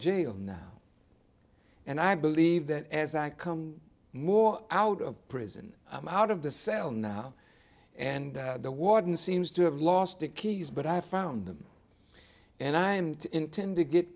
jail now and i believe that as i come more out of prison i'm out of the cell now and the warden seems to have lost the keys but i found them and i am to intend to get